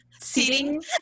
Seating